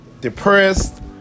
depressed